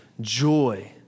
joy